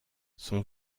son